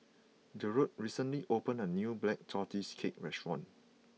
Jerold recently opened a new Black Tortoise Cake restaurant